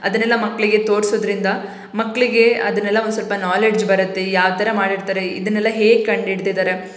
ಅದನ್ನೆಲ್ಲ ಮಕ್ಕಳಿಗೆ ತೋರಿಸೋದ್ರಿಂದ ಮಕ್ಕಳಿಗೆ ಅದನ್ನೆಲ್ಲ ಒಂದು ಸ್ವಲ್ಪ ನಾಲೆಡ್ಜ್ ಬರುತ್ತೆ ಯಾವ ಥರ ಮಾಡಿರ್ತಾರೆ ಇದನ್ನೆಲ್ಲ ಹೇಗೆ ಕಂಡಿಡ್ದಿದ್ದಾರೆ